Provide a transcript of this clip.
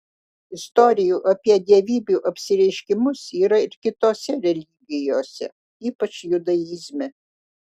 istorijų apie dievybių apsireiškimus yra ir kitose religijose ypač judaizme